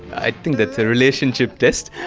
i think that's a relationship test,